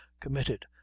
committed